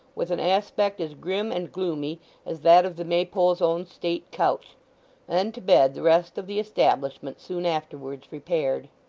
with an aspect as grim and gloomy as that of the maypole's own state couch and to bed the rest of the establishment soon afterwards repaired.